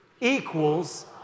equals